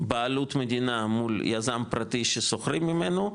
בעלות מדינה, מול יזם פרטי ששוכרים ממנו,